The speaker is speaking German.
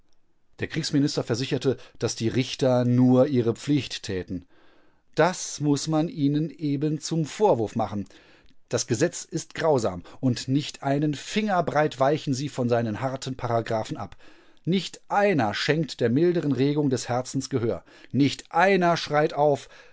der kriegsminister versicherte daß die richter nur ihre pflicht täten das muß man ihnen eben zum vorwurf machen das gesetz ist grausam und nicht einen finger breit weichen sie von seinen harten paragraphen ab nicht einer schenkt der milderen regung des herzens gehör nicht einer schreit auf